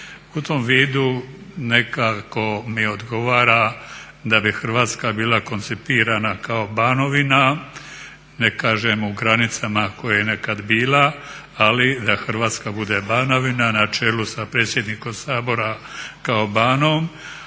U tom vidu nekako mi odgovara da bi Hrvatska bila koncipirana kao banovina, ne kažem u granicama u kojima je nekad bila, ali da Hrvatska bude banovina na čelu sa predsjednikom Sabora kao banom